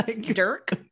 Dirk